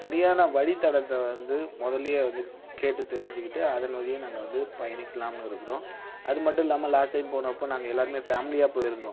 சரியான வழி தடத்தை வந்து முதலேயே வந்து கேட்டு தெரிஞ்சுக்கிட்டு அதன் வழியே நாங்கள் வந்து பயணிக்கலாம்னு இருக்கிறோம் அது மட்டும் இல்லாமல் லாஸ்ட் டைம் போன அப்போது நாங்கள் எல்லாருமே ஃபேமிலியா போயிருந்தோம்